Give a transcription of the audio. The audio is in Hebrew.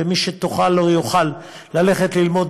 ומי שתוכל או יוכל ללכת ללמוד,